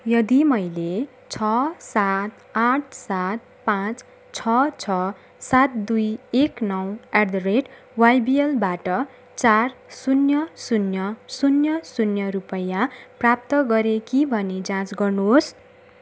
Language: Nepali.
यदि मैले छ सात आठ सात पाँच छ छ सात दुई एक नौ एट द रेट वाइबिएलबाट चार शून्य शून्य शून्य शून्य रुपियाँ प्राप्त गरे कि भनी जाँच गर्नुहोस्